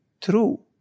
true